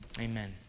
Amen